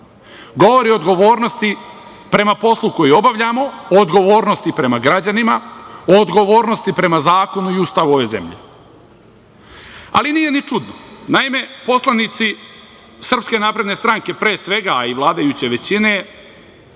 Govori o odgovornosti prema poslu koji obavljamo, o odgovornosti prema građanima, o odgovornosti prema zakonu i Ustavu ove zemlje. Ali, nije ni čudno. Naime, poslanici SNS, pre svega, a i vladajuće većine,